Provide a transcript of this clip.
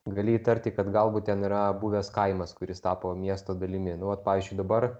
gali įtarti kad galbūt ten yra buvęs kaimas kuris tapo miesto dalimi nu vat pavyzdžiui dabar